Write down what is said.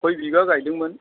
खय बिघा गायदोंमोन